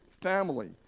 family